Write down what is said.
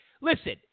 listen